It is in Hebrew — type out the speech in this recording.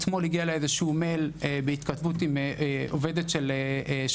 אתמול הגיע אלי מייל, בהתכתבות עם עובדת של רתם,